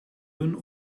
doen